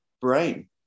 brain